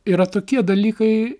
yra tokie dalykai